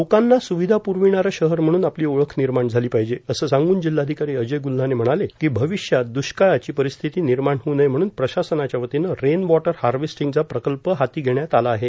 लोकांना स्विधा प्रविणारे शहर म्हणून आपली ओळख निर्माण झाली पाहिजेए असं सांगून जिल्हाधिकारी अजय ग्रल्हाने म्हणाले की भविष्यात द्रष्काळाची परिस्थिती निर्माण होऊ नये म्हणून प्रशासनाच्या वतीनं रेन वॉटर हार्वेस्टिंगचा प्रकल्प हाती घेण्यात आला आहे